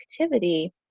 activity